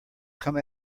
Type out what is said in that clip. come